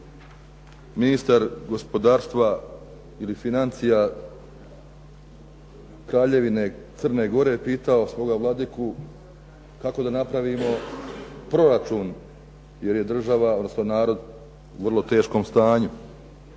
ministar gospodarstva ili financija Kraljevine Crne Gore pitao svoga vladiku kako da napravimo proračun, jer je država, odnosno narod u vrlo teškom stanju.